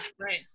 right